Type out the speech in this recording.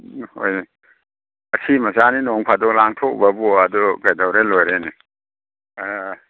ꯎꯝ ꯍꯣꯏ ꯑꯁꯤ ꯃꯆꯥꯅꯤ ꯅꯣꯡ ꯐꯥꯗꯣꯛ ꯂꯥꯡꯊꯣꯛꯎꯕꯕꯨ ꯑꯗꯨ ꯀꯩꯗꯧꯔꯥ ꯂꯣꯏꯔꯦꯅꯦ ꯑꯥ